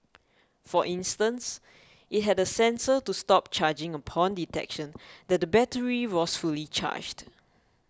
for instance it had a sensor to stop charging upon detection that the battery was fully charged